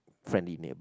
friendly neighbor